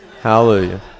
hallelujah